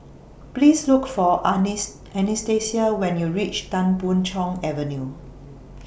Please Look For Anastasia when YOU REACH Tan Boon Chong Avenue